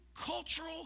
cultural